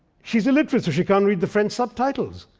she's illiterate, so she can't read the french subtitles.